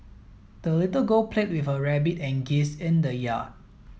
the little girl played with her rabbit and geese in the yard